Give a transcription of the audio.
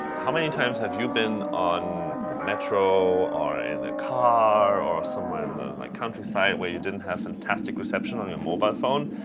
how many times have you been on the metro or in the car or somewhere in the like countryside where you didn't have fantastic reception on your mobile phone?